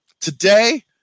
Today